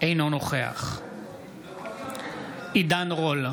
אינו נוכח עידן רול,